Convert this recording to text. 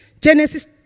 Genesis